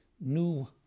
new